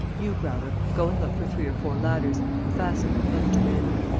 you, growler, go and look for three or four ladders and fasten them end to end.